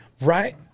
Right